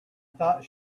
thought